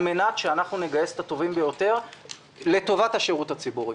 מנת שאנחנו נגייס את הטובים ביותר לטובת השירות הציבורי.